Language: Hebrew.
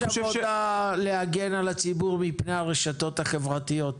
יש עבודה להגן על הציבור מפני הרשתות החברתיות.